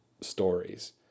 stories